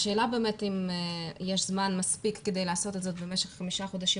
השאלה אם יש מספיק זמן כדי לעשות את זה במשך חמשת החודשים